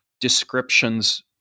descriptions